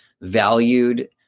valued